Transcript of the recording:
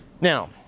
Now